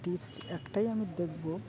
tips একটাই আমি দেখব